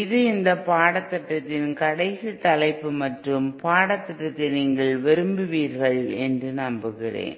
இது இந்த பாடத்திட்டத்தின் கடைசி தலைப்பு மற்றும் இந்த பாடத்திட்டத்தை நீங்கள் விரும்புவீர்கள் என்று நம்புகிறேன்